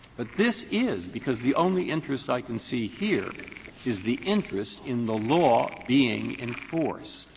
but this is, because the only interest i can see here is the interest in the law being enforced.